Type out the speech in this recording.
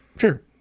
Sure